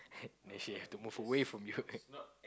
and she have to move away from you